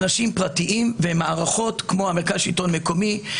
אנשים פרטיים ומערכות כמו מרכז השלטון המקומי,